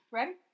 Ready